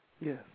Yes